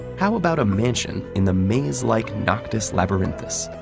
how about a mansion in the maze-like noctis labyrinthus?